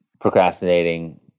procrastinating